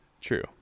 true